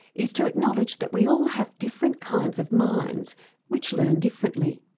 is to acknowledge that we all have different kinds of minds which learn differently.